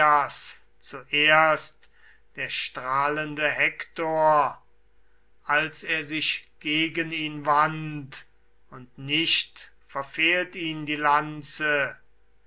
zuerst der strahlende hektor als er sich gegen ihn wandt und nicht verfehlt ihn die lanze